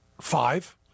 five